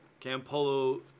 Campolo